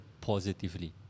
positively